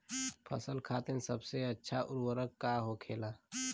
फसल खातीन सबसे अच्छा उर्वरक का होखेला?